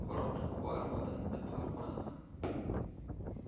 ঘৰত খোৱাৰ বাবে ব্যৱহাৰ কৰা হয়